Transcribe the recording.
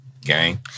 Gang